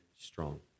strong